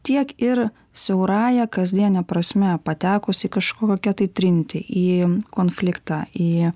tiek ir siaurąja kasdiene prasme patekus į kažkokią tai trintį į konfliktą į